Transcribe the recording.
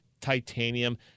titanium